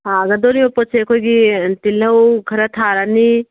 ꯊꯥꯒꯗꯣꯔꯤꯕ ꯄꯣꯠꯁꯦ ꯑꯩꯈꯣꯏꯒꯤ ꯇꯤꯜꯍꯧ ꯈꯔ ꯊꯥꯔꯅꯤ